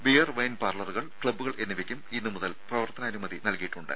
beer wine പാർലറുകൾ ക്ലബ്ബുകൾ എന്നിവയ്ക്കും ഇന്ന് മുതൽ പ്രവർത്തനാനുമതി നൽകിയിട്ടുണ്ട്